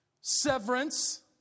Severance